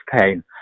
pain